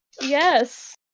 Yes